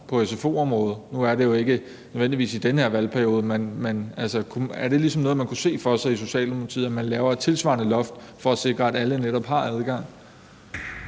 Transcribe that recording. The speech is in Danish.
på sfo-området? Nu er det jo ikke nødvendigvis i den her valgperiode, men er det noget, man kunne se for sig i Socialdemokratiet, at man laver et tilsvarende loft for at sikre, at netop alle har adgang?